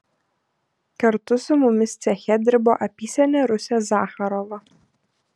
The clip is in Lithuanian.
kartu su mumis ceche dirbo apysenė rusė zacharova